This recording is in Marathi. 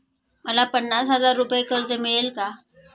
मला पन्नास हजार रुपये कर्ज मिळेल का?